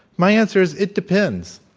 my answer is, it depends.